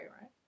right